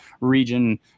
Region